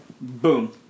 boom